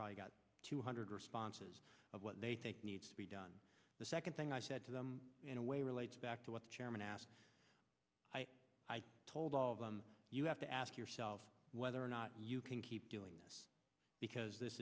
probably got two hundred responses of what they think needs to be done the second thing i said to them in a way relates back to what the chairman asked i told all of them you have to ask yourself whether or not you can keep doing this because this